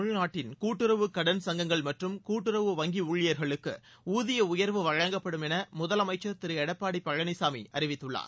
தமிழ்நாட்டின் கூட்டுறவு கடன் சங்கங்கள் மற்றும் கூட்டுறவு வங்கி ஊழியர்களுக்கு ஊதிய உயர்வு வழங்கப்படும் முதலமைச்சர் என திரு எடப்பாடி பழனிசாமி அறிவித்துள்ளார்